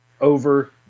over